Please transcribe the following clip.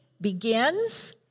begins